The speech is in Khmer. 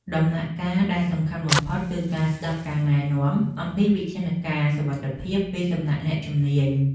ដំណាក់កាលដែលសំខាន់បំផុត គឺការស្ដាប់ការណែនាំអំពីវិធានការសុវត្ថិភាពពីសំណាក់អ្នកជំនាញ។